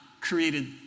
created